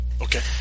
Okay